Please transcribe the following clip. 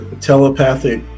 telepathic